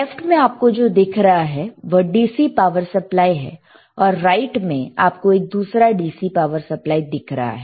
left में आपको जो दिख रहा है वह DC पावर सप्लाई है और राइट में आपको एक दूसरा DC पावर सप्लाई दिख रहा है